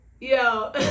Yo